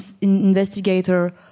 investigator